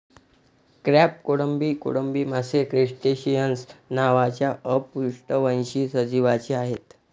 crab, कोळंबी, कोळंबी मासे क्रस्टेसिअन्स नावाच्या अपृष्ठवंशी सजीवांचे आहेत